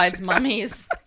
mummies